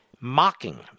mocking